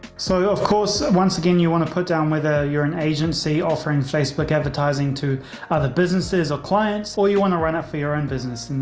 so, of course, once again, you want to put down whether you're an agency offering facebook advertising to other businesses or clients or you want to run for your own business.